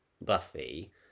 Buffy